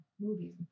movies